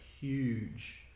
huge